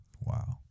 Wow